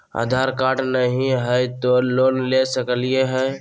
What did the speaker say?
आधार card नही हय, तो लोन ले सकलिये है?